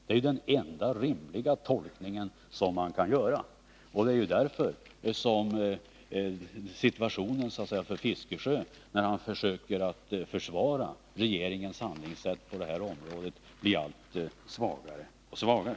Det är den enda rimliga tolkning man kan göra, och det är därför som situationen för Bertil Fiskesjö, när han försöker försvara regeringens handlingssätt på det här området, blir allt svagare och svagare.